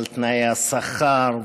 על תנאי השכר,